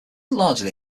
largely